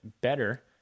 better